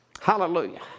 Hallelujah